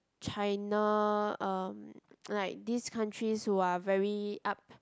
China um like these countries who are very up